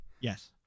yes